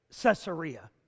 Caesarea